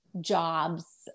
jobs